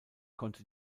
konnte